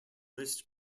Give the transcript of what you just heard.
list